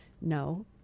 no